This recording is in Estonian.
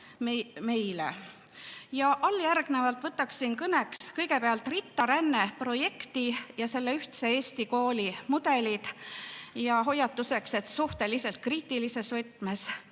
meie. Alljärgnevalt võtan kõneks kõigepealt RITA-rände projekti ja selle ühtse Eesti kooli mudelid, ütlen hoiatuseks, et suhteliselt kriitilises võtmes.